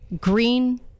green